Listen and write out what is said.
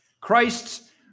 Christ's